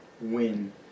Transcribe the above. win